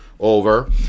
over